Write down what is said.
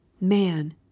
Man